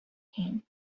him